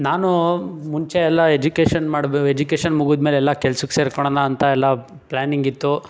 ನಾನು ಮುಂಚೆಯೆಲ್ಲ ಎಜುಕೇಷನ್ ಮಾಡ್ಬ್ ಎಜುಕೇಷನ್ ಮುಗಿದ್ ಮೇಲೆಲ್ಲ ಕೆಲ್ಸುಕ್ಕೆ ಸೇರ್ಕೊಳನ ಅಂತ ಎಲ್ಲ ಪ್ಲಾನಿಂಗ್ ಇತ್ತು